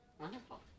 Wonderful